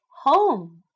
home